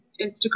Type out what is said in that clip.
Instagram